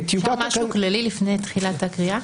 אפשר משהו כללי לפני תחילת הקריאה?